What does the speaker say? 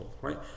right